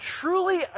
truly